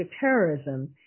terrorism